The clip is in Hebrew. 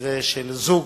במקרה של זוג.